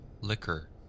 liquor